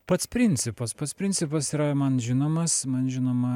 pats principas pats principas yra man žinomas man žinoma